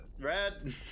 Red